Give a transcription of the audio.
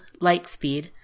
Lightspeed